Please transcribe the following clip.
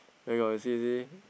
where got you see you see